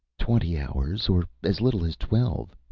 twenty hours, or as little as twelve,